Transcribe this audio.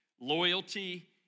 Loyalty